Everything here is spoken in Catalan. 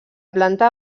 planta